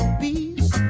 peace